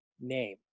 name